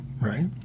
right